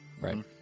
Right